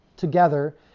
together